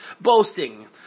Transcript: Boasting